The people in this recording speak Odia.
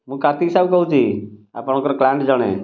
ମୁଁ କାର୍ତ୍ତିକ ସାହୁ କହୁଛି ଆପଣଙ୍କର କ୍ଲାଇଣ୍ଟ୍ ଜଣେ